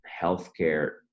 healthcare